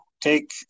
Take